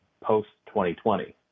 post-2020